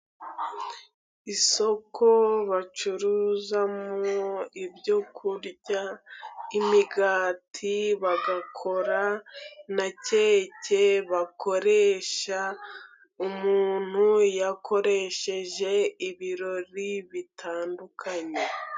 Isoko bacuruzamo ibyokurya, imigati, bagakora na keke bakoresha ,umuntu yakoresheje ibirori bitandukanye